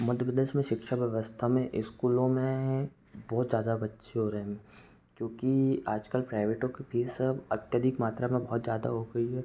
मध्य प्रदेश में शिक्षा व्यवस्था में स्कूलों में बहु त ज़्यादा बच्चे हो रहे हैं क्योंकि आज कल प्राइवेटों के फ़ीस अब अत्यधिक मात्रा में बहुत ज़्यादा हो गई है